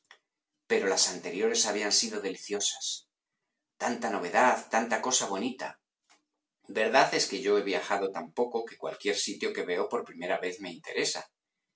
pero las anteriores habían sido deliciosas tanta novedad tanta cosa bonita verdad es que yo he viajado tan poco que cualquier sitio que veo por primera vez me interesa